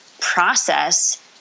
process